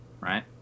right